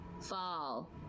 Fall